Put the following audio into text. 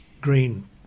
green